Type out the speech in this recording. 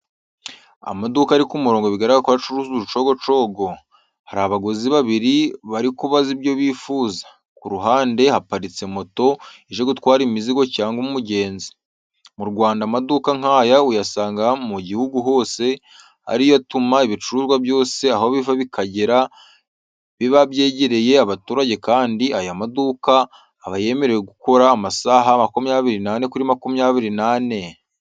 Amaduka ari ku murongo bigaragara ko acuruza aducogocogo, hari abaguzi babiri barikubaza ibyo bifuza, ku ruhande haparitse moto ije gutwara imizigo cyangwa umugenzi. Mu Rwanda amaduka nkaya uyasanga mu gihugu hose ariyo atuma ibicuruzwa byose aho biva bikagera biba byegereye abaturage kandi aya maduka aba yemerewe gukora amasaha makumyabiri n'ane kuri makumyabiri n'ane.